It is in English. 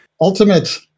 ultimate